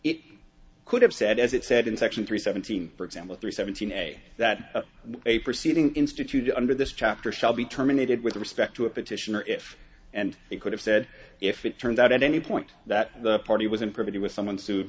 it could have said as it said in section three seventeen for example three seventeen a that a proceeding instituted under this chapter shall be terminated with respect to a petitioner if and they could have said if it turns out at any point that the party was imprinted with someone sued